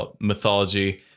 mythology